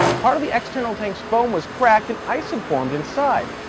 part of the external tank's foam was cracked and ice had formed inside.